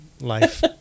life